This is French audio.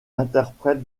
interprète